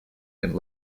and